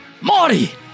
Marty